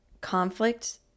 conflict